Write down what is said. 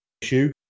issue